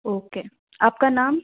okay आपका नाम